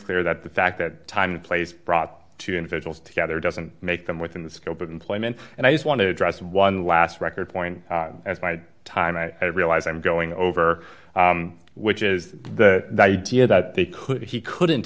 clear that the fact that time and place brought two individuals together doesn't make them within the scope of employment and i just want to address one last record point as my time and i realize i'm going over which is the idea that they could he couldn't